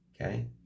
okay